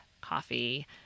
coffee